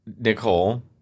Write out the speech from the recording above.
Nicole